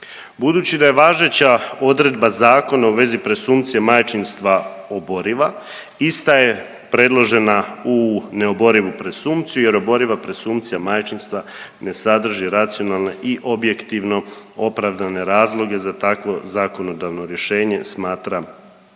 Budući da je važeća odredba zakona u vezi presumpcije majčinstva oboriva, ista je predložena u neoborivu presumpciju jer oboriva presumpcija majčinstva ne sadrži racionalne i objektivno opravdane razloge za takvo zakonodavno rješenje, smatra Ustavni